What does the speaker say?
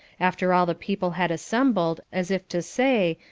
after all the people had assembled, as if to say,